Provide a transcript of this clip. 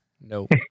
Nope